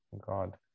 God